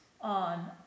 on